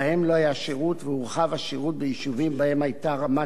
והורחב השירות ביישובים שבהם היתה רמת שירות נמוכה.